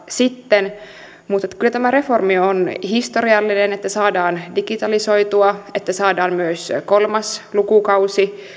sitten mutta kyllä tämä reformi on historiallinen että saadaan digitalisoitua että saadaan myös kolmas lukukausi